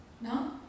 No